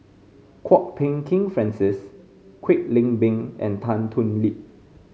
Kwok Peng Kin Francis Kwek Leng Beng and Tan Thoon Lip